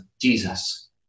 Jesus